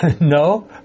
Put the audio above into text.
No